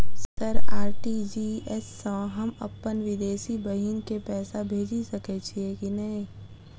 Sir RTGS सँ हम अप्पन विदेशी बहिन केँ पैसा भेजि सकै छियै की नै?